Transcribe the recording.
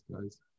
guys